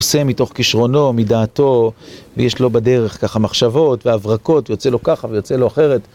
הוא עושה מתוך כישרונו, מדעתו, ויש לו בדרך ככה מחשבות והברקות, יוצא לו ככה ויוצא לו אחרת